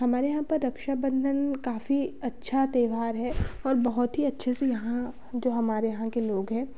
हमारे यहाँ पर रक्षाबंधन काफ़ी अच्छा त्योहार है और बहौत ही अच्छे से यहाँ जो हमारे यहाँ के लोग हैं